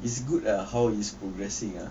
is good ah how is progressing ah